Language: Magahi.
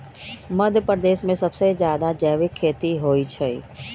मध्यप्रदेश में सबसे जादा जैविक खेती होई छई